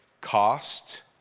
cost